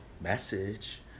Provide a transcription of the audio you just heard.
message